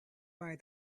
buy